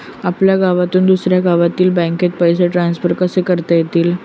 आपल्या गावातून दुसऱ्या गावातील बँकेत पैसे ट्रान्सफर कसे करता येतील?